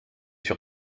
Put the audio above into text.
sur